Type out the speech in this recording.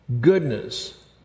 goodness